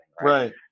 Right